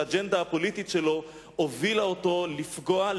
שהאג'נדה הפוליטית שלו הובילה אותו לפגוע,